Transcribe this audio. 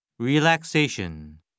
Relaxation